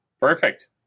Perfect